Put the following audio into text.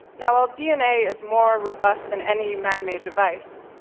now, while dna is more robust than any man-made device,